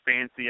fancy